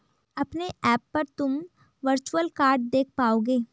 अपने ऐप पर तुम वर्चुअल कार्ड देख पाओगे